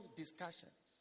discussions